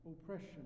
oppression